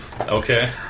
Okay